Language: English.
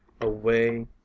away